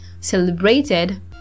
celebrated